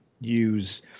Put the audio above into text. use